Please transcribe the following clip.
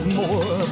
more